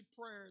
prayer